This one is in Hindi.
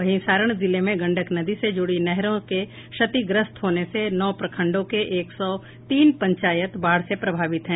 वहीं सारण जिले में गंडक नदी से जुड़ी नहरों के क्षतिग्रस्त होने से नौ प्रखंडों के एक सौ तीन पंचायत बाढ़ से प्रभावित है